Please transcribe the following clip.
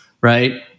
right